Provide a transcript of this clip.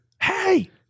hey